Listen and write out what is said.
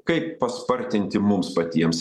kaip paspartinti mums patiems